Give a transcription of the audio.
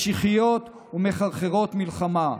משיחיות ומחרחרות מלחמה.